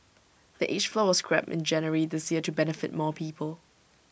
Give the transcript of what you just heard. the age floor was scrapped in January this year to benefit more people